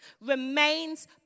remains